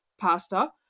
pasta